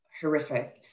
horrific